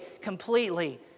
completely